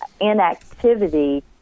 inactivity